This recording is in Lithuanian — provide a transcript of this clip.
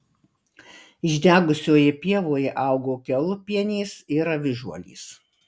išdegusioje pievoje augo kiaulpienės ir avižuolės